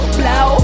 blow